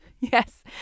Yes